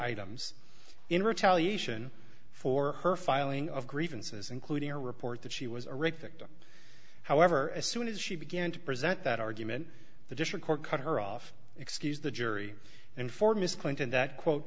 items in retaliation for her filing of grievances including a report that she was a rape victim however as soon as she began to present that argument the district court cut her off excused the jury and for mr clinton that quote